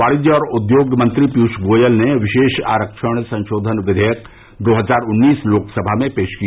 वाणिज्य और उद्योग मंत्री पीयूष गोयल ने विशेष आरक्षण संशोधन विधेयक दो हजार उन्नीस लोकसभा में पेश किया